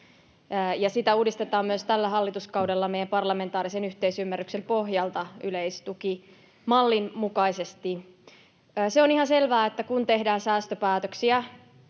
sitä uudistetaan myös tällä hallituskaudella meidän parlamentaarisen yhteisymmärryksen pohjalta yleistukimallin mukaisesti. Se on ihan selvää, että kun tehdään säästöpäätöksiä